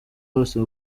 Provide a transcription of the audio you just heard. bose